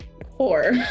poor